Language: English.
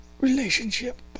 relationship